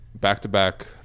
back-to-back